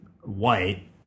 white